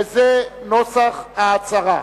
וזה נוסח ההצהרה: